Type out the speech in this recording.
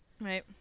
Right